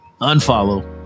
Unfollow